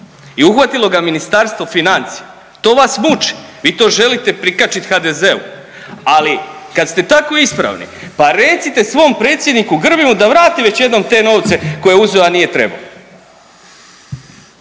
i uhvatilo ga Ministarstvo financija. To vas muči, vi to želite prikačit HDZ-u. Ali kad ste tako ispravni pa recite svom predsjedniku Grbinu da vrati već jednom te novce koje je uzeo a nije trebao.